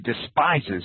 despises